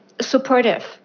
supportive